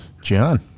John